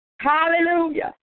Hallelujah